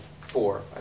four